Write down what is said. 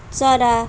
चरा